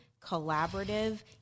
collaborative